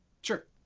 Sure